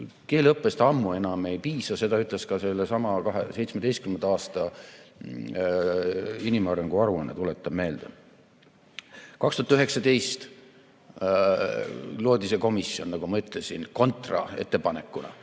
Keeleõppest ammu enam ei piisa, seda ütles ka sellesama 2017. aasta inimarengu aruanne, tuletan meelde. 2019 loodi see komisjon, nagu ma ütlesin, kontraettepanekuna